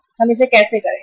हम इसे कैसे करेंगे